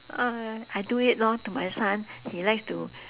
uh I do it lor to my son he likes to